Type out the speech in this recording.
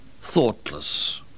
thoughtless